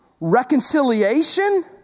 Reconciliation